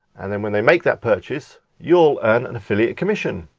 and then when they make that purchase, you'll earn and affiliate commission.